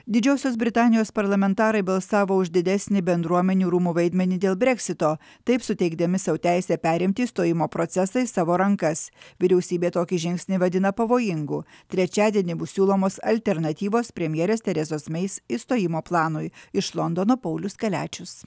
didžiosios britanijos parlamentarai balsavo už didesnį bendruomenių rūmų vaidmenį dėl breksito taip suteikdami sau teisę perimti išstojimo procesą į savo rankas vyriausybė tokį žingsnį vadina pavojingu trečiadienį bus siūlomos alternatyvos premjerės terezos mei išstojimo planui iš londono paulius kaliačius